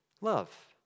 love